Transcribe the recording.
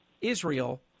israel